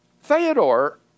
Theodore